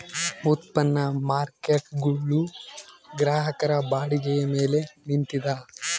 ಉತ್ಪನ್ನ ಮಾರ್ಕೇಟ್ಗುಳು ಗ್ರಾಹಕರ ಬೇಡಿಕೆಯ ಮೇಲೆ ನಿಂತಿದ